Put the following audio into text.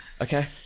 Okay